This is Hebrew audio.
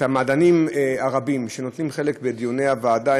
למדענים הרבים שנוטלים חלק בדיוני הוועדה,